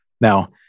Now